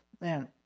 man